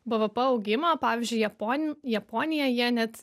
bvp augimo pavyzdžiui japon japonija jie net